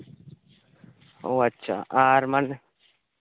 ᱚ ᱟᱪᱪᱷᱟ ᱢᱟᱱᱮ